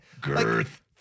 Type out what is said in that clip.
Girth